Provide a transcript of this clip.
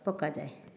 ପକାଯାଏ